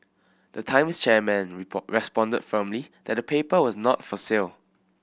the Times chairman report responded firmly that the paper was not for sale